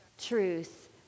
truth